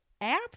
app